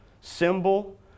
symbol